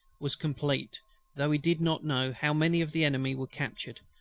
was complete though he did not know how many of the enemy were captured,